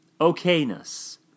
Okayness